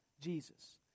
Jesus